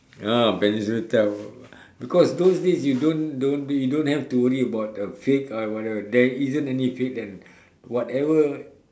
ah peninsula type because those days you don't don't don't have to worry about fake or whatever there isn't any fakes and whatever